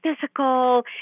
physical